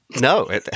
No